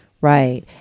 Right